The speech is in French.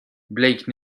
blake